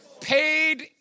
paid